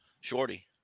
Shorty